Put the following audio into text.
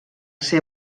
ser